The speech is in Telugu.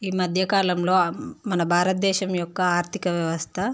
ఈ మధ్య కాలంలో మన భారతదేశం యొక్క ఆర్థిక వ్యవస్థ